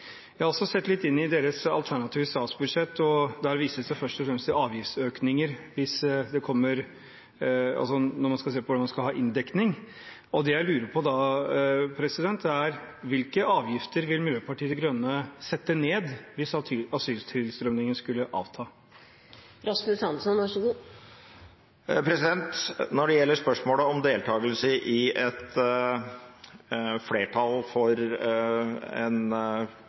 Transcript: Jeg har også sett litt på deres alternative statsbudsjett, og der vises det først og fremst til avgiftsøkninger når man skal få til inndekning. Da lurer jeg på: Hvilke avgifter vil Miljøpartiet De Grønne sette ned hvis asyltilstrømningen skulle avta? Når det gjelder spørsmålet om deltagelse i et flertall for en